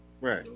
Right